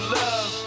love